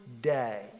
day